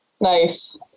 Nice